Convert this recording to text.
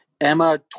Emma